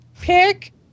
pick